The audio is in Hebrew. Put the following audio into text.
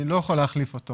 אני לא יכול להחליף אותו